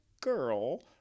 girl